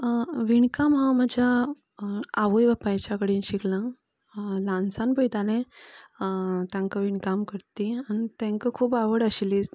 विणकाम हांव म्हज्या आवय बापायच्या कडेन शिकलां ल्हानसान पयतालें तांकां विणकाम करता ती तेंकां खूब आवड आशिल्ली